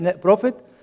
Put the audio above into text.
prophet